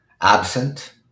absent